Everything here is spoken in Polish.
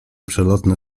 przelotne